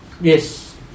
yes